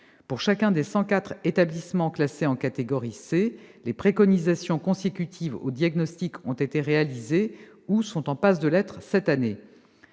Pour chacun des 104 établissements classés en catégorie C, les préconisations consécutives aux diagnostics ont été réalisées ou sont en passe de l'être cette année.